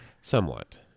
Somewhat